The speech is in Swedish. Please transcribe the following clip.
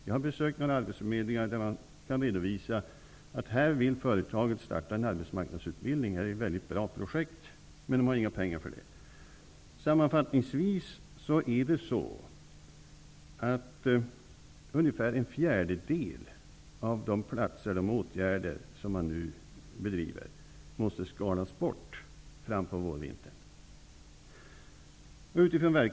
Jag har besökt några arbetsförmedlingar, som kan redovisa att företag vill starta arbetsmarknadsutbildning och har väldigt bra projekt men saknar pengar. Sammanfattningsvis kan jag säga att ungefär en fjärdedel av de åtgärder som nu bedrivs måste skalas bort fram på vårvintern.